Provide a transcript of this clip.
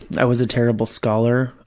i was a terrible scholar.